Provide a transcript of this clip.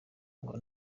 ngo